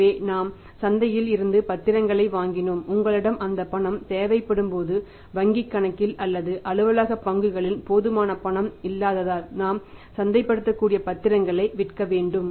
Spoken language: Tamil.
எனவே நாம் சந்தையில் இருந்து பத்திரங்களை வாங்கினோம் உங்களிடம் அந்த பணம் தேவைப்படும்போது வங்கிக் கணக்கில் அல்லது அலுவலக பங்குகளில் போதுமான பணம் இல்லாததால் நாம் சந்தைப்படுத்தக்கூடிய பத்திரங்களை விற்க வேண்டும்